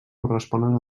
corresponen